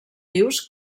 vius